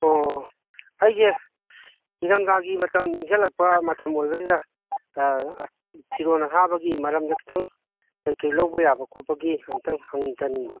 ꯑꯣ ꯑꯩꯁꯦ ꯅꯤꯡꯗꯝꯗꯥꯒꯤ ꯃꯇꯝ ꯏꯪꯁꯤꯜꯂꯛꯄ ꯃꯇꯝ ꯑꯣꯏꯕꯁꯤꯗ ꯐꯤꯔꯣꯟ ꯑꯊꯥꯕꯒꯤ ꯃꯔꯝꯗ ꯈꯤꯇꯪ ꯀꯩꯀꯩ ꯂꯧꯕ ꯌꯥꯕ ꯈꯣꯠꯄꯒꯤ ꯑꯝꯇꯪ ꯍꯪꯖꯅꯤꯡꯕ